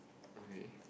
okay